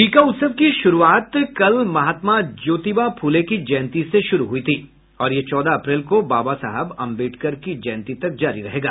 टीका उत्सव की शुरूआत कल महात्मा ज्योतिबा फुले की जयंती से शुरू हुई थी और यह चौदह अप्रैल को बाबा साहेब अंबेडकर की जयंती तक जारी रहेगा